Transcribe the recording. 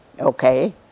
okay